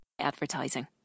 Advertising